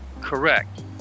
Correct